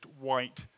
white